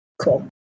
Cool